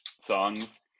songs